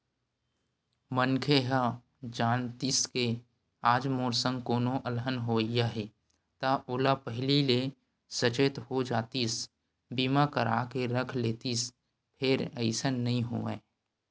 मनखे ह जानतिस के आज मोर संग कोनो अलहन होवइया हे ता ओहा पहिली ले सचेत हो जातिस बीमा करा के रख लेतिस फेर अइसन नइ होवय